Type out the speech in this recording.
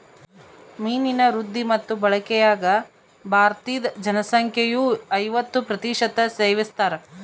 ಮೀನಿನ ವೃದ್ಧಿ ಮತ್ತು ಬಳಕೆಯಾಗ ಭಾರತೀದ ಜನಸಂಖ್ಯೆಯು ಐವತ್ತು ಪ್ರತಿಶತ ಸೇವಿಸ್ತಾರ